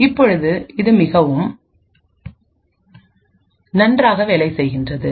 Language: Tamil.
இப்போது இது மிகவும் நன்றாக வேலை செய்கிறது